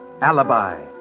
alibi